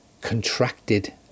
contracted